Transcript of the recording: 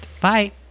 Bye